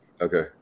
Okay